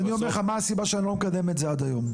ואני אומר לך מה הסיבה שאני לא מקדם את זה עד היום.